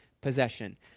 possession